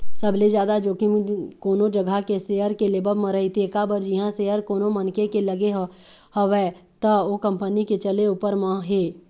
सबले जादा जोखिम कोनो जघा के सेयर के लेवब म रहिथे काबर जिहाँ सेयर कोनो मनखे के लगे हवय त ओ कंपनी के चले ऊपर म हे